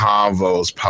Convo's